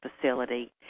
facility